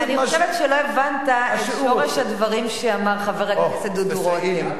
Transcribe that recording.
אני חושבת שלא הבנת את שורש הדברים שאמר חבר הכנסת דודו רותם.